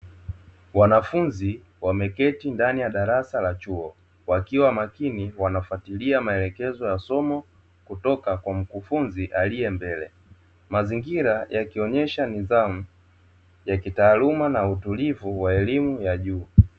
Wanafunzi wameketi ndani ya darasa la chuo, wakiwa makini wanafuatilia maelezo ya somo kutoka kwa mkufunzi aliye mbele, mazingira yakionyesha nidhamu ya kitaaluma na utulivu wa hali ya juu.